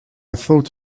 thought